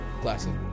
Classic